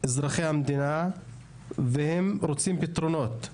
הם אזרחי המדינה והם רוצים פתרונות.